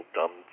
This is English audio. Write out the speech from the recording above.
dumb